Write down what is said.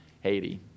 Haiti